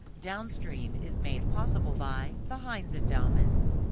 downstream is made possible by the heinz endowments.